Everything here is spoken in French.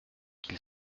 qu’il